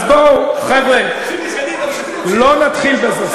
אז בואו, חבר'ה, לא נתחיל בזה.